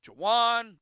Jawan